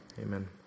amen